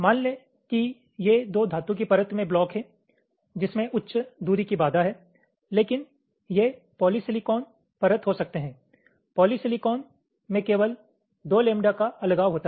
मान लें कि ये दो धातु की परत में ब्लॉक हैं जिसमें उच्च दूरी की बाधा है लेकिन ये पॉलीसिलिकॉन परत हो सकते हैं पॉलीसिलिकॉन में केवल दो लैम्ब्डा का अलगाव होता है